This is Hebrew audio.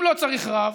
אם לא צריך רב,